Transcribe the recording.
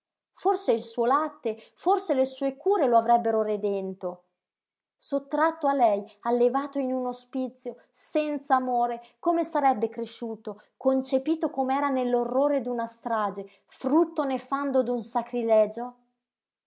forse il suo latte forse le sue cure lo avrebbero redento sottratto a lei allevato in un ospizio senz'amore come sarebbe cresciuto concepito com'era nell'orrore d'una strage frutto nefando d'un sacrilegio